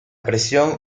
presión